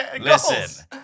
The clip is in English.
Listen